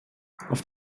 auf